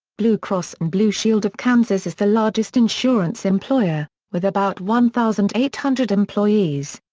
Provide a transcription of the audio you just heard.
blue cross and blue shield of kansas is the largest insurance employer, with about one thousand eight hundred employees.